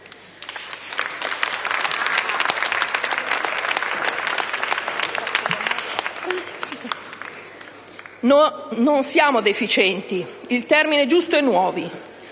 Non siamo deficienti: il termine giusto è nuovi,